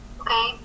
Okay